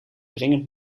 dringend